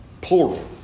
plural